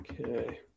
Okay